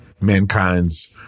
mankind's